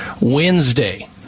Wednesday